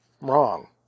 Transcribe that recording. wrong